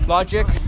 Logic